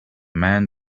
man